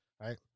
right